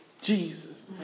Jesus